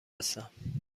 هستم